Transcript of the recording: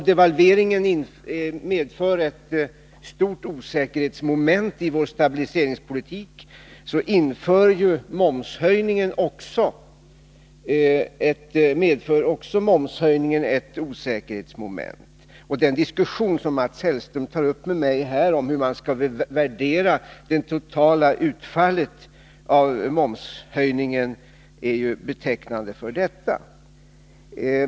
Devalveringen medför ett stort osäkerhetsmoment i stabiliseringspolitiken, och detsamma gör momshöjningen. Den diskussion som Mats Hellström tog upp med mig om värderingen av det totala utfallet av momshöjningen är ju betecknande.